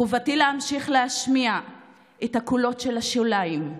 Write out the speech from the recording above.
חובתי להמשיך להשמיע את הקולות של השוליים,